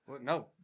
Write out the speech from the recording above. No